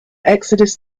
exodus